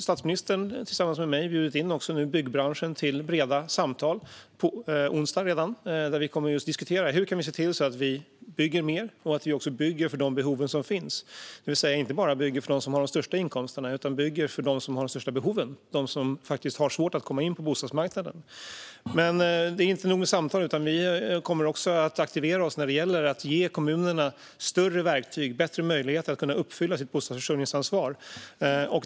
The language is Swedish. Statsministern har tillsammans med mig bjudit in byggbranschen till breda samtal redan på onsdag. Vi kommer just att diskutera: Hur kan vi se till att vi bygger mer och att vi bygger för de behov som finns? Det handlar om att vi inte bara bygger för dem som har de största inkomsterna utan bygger för dem som har de största behoven och har svårt att komma in på bostadsmarknaden. Det är inte nog med samtal. Vi kommer också att aktivera oss när det gäller att ge kommunerna större verktyg och bättre möjligheter att kunna uppfylla sitt bostadsförsörjningsansvar.